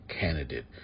Candidate